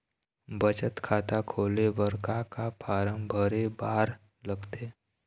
बचत खाता खोले बर का का फॉर्म भरे बार लगथे?